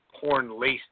porn-laced